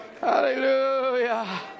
Hallelujah